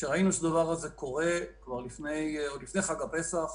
כשראינו שהדבר הזה קורה, עוד לפני חג הפסח,